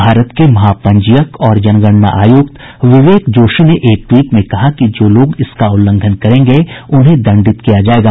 भारत के महापंजीयक और जनगणना आयुक्त विवेक जोशी ने एक ट्वीट में कहा कि जो लोग इसका उल्लंघन करेंगे उन्हें दण्डित किया जायेगा